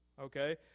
okay